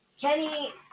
Kenny